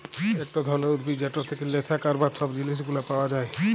একট ধরলের উদ্ভিদ যেটর থেক্যে লেসা ক্যরবার সব জিলিস গুলা পাওয়া যায়